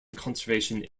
conservation